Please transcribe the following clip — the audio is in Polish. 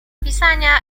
pisania